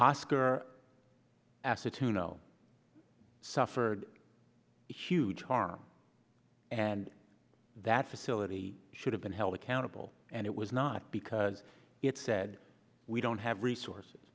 oscar ask her to know suffered huge harm and that's a sillett a should have been held accountable and it was not because it said we don't have resources